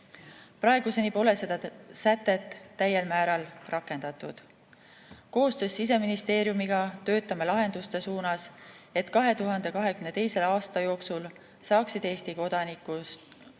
Praeguseni pole seda sätet täiel määral rakendatud. Koostöös Siseministeeriumiga töötame lahenduste suunas, et 2022. aasta jooksul saaksid Eesti kodanikud